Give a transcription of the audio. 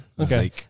okay